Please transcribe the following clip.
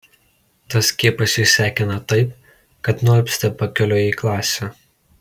tas skiepas išsekina taip kad nualpsti pakeliui į klasę